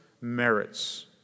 merits